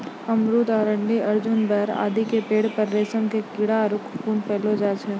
अमरूद, अरंडी, अर्जुन, बेर आदि के पेड़ पर रेशम के कीड़ा आरो ककून पाललो जाय छै